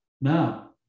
Now